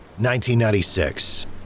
1996